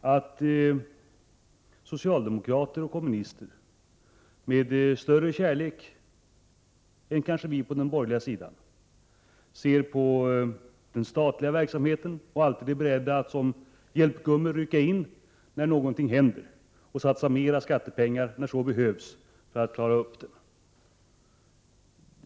att socialdemokrater och kommunister med större kärlek än vi på den borgerliga sidan ser på den statliga verksamheten och alltid är beredda att som hjälpgummor rycka in när någonting händer och satsa mer skattepengar när så behövs för att klara upp det.